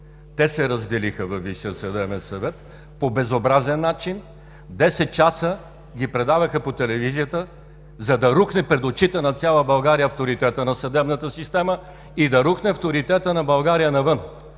Те се разделиха във Висшия съдебен съвет по безобразен начин: 10 часа ги предаваха по телевизията, за да рухне пред очите на цяла България авторитетът на съдебната система и да рухне авторитетът на България навън!